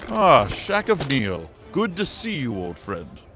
ah, shaq of neal! good to see you old friend.